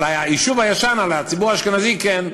על היישוב הישן, על הציבור החרדי, כן.